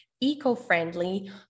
eco-friendly